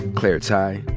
claire tighe,